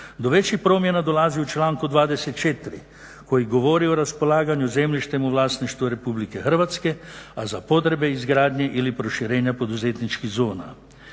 Do većih promjena dolazi u članku 24.koji govori o raspolaganju zemljištem u vlasništvu RH, a za potrebe izgradnje ili proširenja poduzetničkih zona.